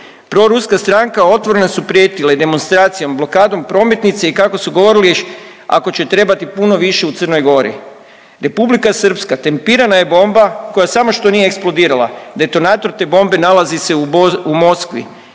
Proruska stranka otvoreno su prijetile demonstracijom i blokadom prometnica i kako su govorili još, ako će trebati još puno više u Crnoj Gori. Republika Srpska tempirana je bomba koja samo što nije eksplodirala, detonator te bombe nalazi se u Moskvi,